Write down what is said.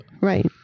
Right